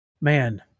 man